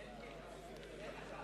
קבוצת הארבעה.